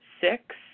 six